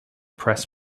press